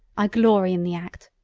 i glory in the act.